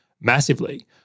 massively